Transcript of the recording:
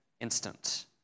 instant